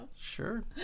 Sure